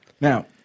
Now